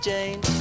Jane